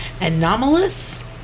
anomalous